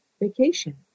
vacation